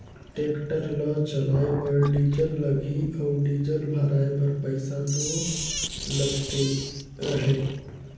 tractor ल चलाए बर डीजल लगही अउ डीजल भराए बर पइसा दो लगते अहे